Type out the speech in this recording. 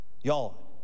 Y'all